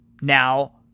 now